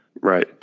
Right